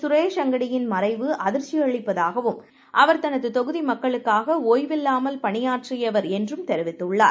சுரேஷ்அங்கடியின்மறைவுஅதிர்ச்சிஅளிப்பதாகவும் அவர்தனதுதொகுதிமக்களுக்காகஓய்வில்லாமல்பணி யாற்றியவர்என்றும்தெரிவித்துள்ளார்